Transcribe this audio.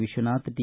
Vishwanath T